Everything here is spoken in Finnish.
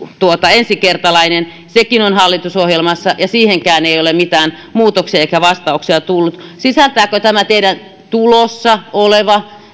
ensikertalainen on hallitusohjelmassa ja siihenkään ei ei ole mitään muutoksia eikä vastauksia tullut sisältääkö tämä teidän tulossa oleva